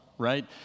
right